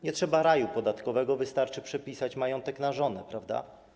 Nie trzeba raju podatkowego, wystarczy przepisać majątek na żonę, prawda?